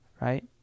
right